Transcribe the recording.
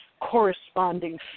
corresponding